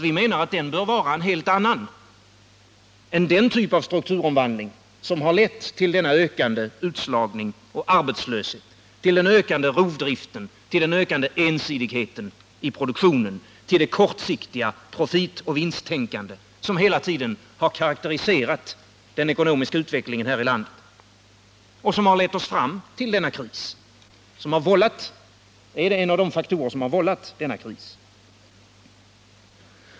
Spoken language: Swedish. Vi menar att den bör vara en helt annan än den typ av strukturomvandling som har lett till denna ökande utslagning och arbetslöshet, till den ökande rovdriften, till den ökande ensidigheten i produktionen, till det kortsiktiga profitoch vinsttänkande, som hela tiden har karaktäriserat den ekonomiska utvecklingen här i landet och som lett oss fram till denna kris. Den är en av de faktorer som har vållat denna kris.